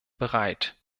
bereit